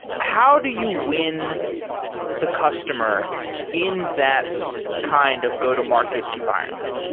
how do you win the customer in that kind of go-to-market environment?